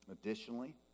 Additionally